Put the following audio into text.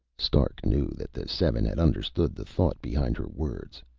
stark knew that the seven had understood the thought behind her words.